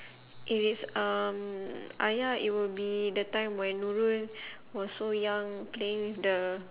if it's um ayah it will be the time when nurul was so young playing with the